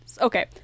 Okay